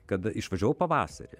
kad išvažiavau pavasarį